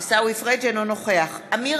אינו נוכח עמיר